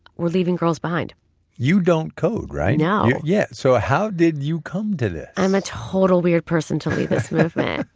we're leaving girls behind you don't code, right? no yeah, so how did you come to this? i'm a total weird person to lead this movement.